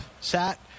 Sat